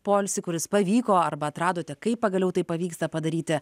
poilsį kuris pavyko arba atradote kaip pagaliau tai pavyksta padaryti